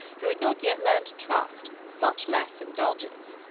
who had not yet learned trust, much less indulgence.